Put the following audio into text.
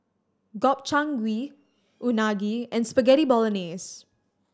Gobchang Gui Unagi and Spaghetti Bolognese